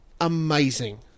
amazing